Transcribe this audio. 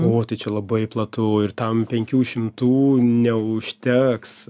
o tai čia labai platu ir tam penkių šimtų neužteks